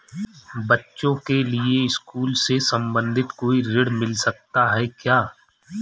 बच्चों के लिए स्कूल से संबंधित कोई ऋण मिलता है क्या?